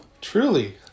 truly